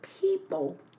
people